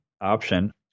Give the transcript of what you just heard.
option